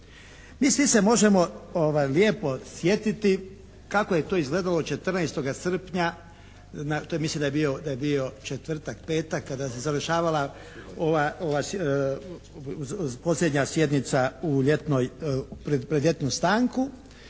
time se možemo lijepo sjetiti kako je to izgledalo 14. srpnja, to mislim da je bio četvrtak, petak kada se završavala posljednja sjednica u ljetnoj, pred ljetnu stanku.